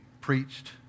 preached